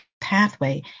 pathway